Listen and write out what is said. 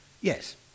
Yes